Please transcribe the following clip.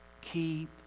keep